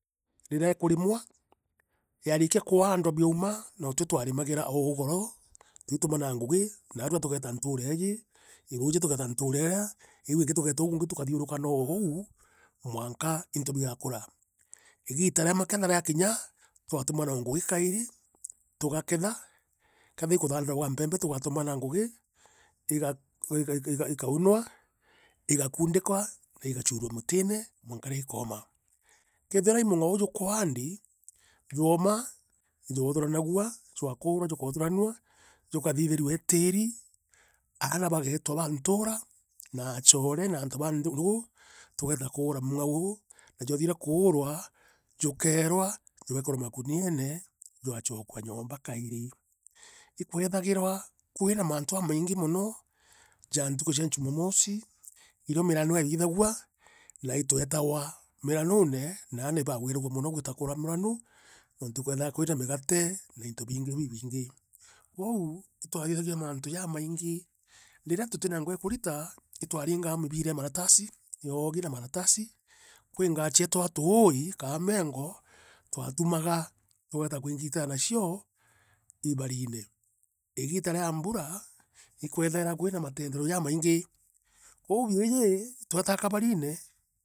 riria ikurimwa, yaarikia kuaandwa biauma, nootwi twarimagira o ugoro, tuitumanaa ngugi, naarua tugeeta ntuura iiji, ruuju tugeeta ntura irea, iiu iingi tugeeta oou uungi tukathiurunkana o oou, mwanka into bigaakura. Igita ria maketha riakinya, twatumana ngugi kairi, tugaketha kethira i kuthandura gwa mpeempe tugatumana ngugi iga iga iga ikaunwa, igakuundikwa, na igachuurua mutine, mwanka rii ikooma. Kethira i mung'ao jukuaandi, jwoma ijwothuranagua, jwakurwa, jukoothuranua, jukathiithirua itiiri, aana bageetwa ba ntuura na achoore, na antu ba nthiguru, tugeeta kuura mungao, na jwathirua kuurwa, jukeerwa, jugeekerwa makuniene, jwachokua nyoomba kairi. Ikwethagirwa kwina maantu aamaingi mono, ja ntuku cia jumamosi, irio mirano eethithagua, na itweetawa miranune, na aana ibagwiragua mono gwita miranu, nontu ikwethairwa kwina migate, na into biingi biibingii. Kwou, itwathithagia mantu jamaingi, riria tutina ngui e kurita, itwaringaa mibira e maratasi yoogi na maratasi. Kwii ngaa cietawa tuui, kaa mengo, twaatumaga tueeta kuingitaa nacio, ibarine. Igita ria mbura, ikweethairwa kwina matendero jaamaingi. kwou biiji, twetaa kabarine.